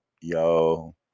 yo